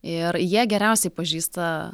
ir jie geriausiai pažįsta